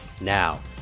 Now